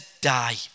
die